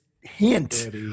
hint